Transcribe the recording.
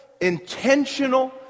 Intentional